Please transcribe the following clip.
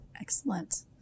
Excellent